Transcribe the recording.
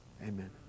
Amen